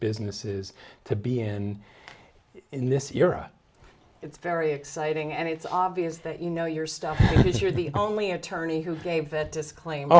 businesses to be in in this era it's very exciting and it's obvious that you know your stuff is you're the only attorney who gave that disclaimer